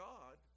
God